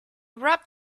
wrapped